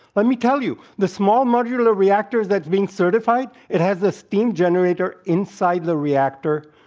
let me tell you, the small modular reactors that's being certified, it has the steam generator inside the reactor,